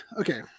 okay